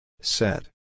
set